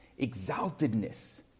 exaltedness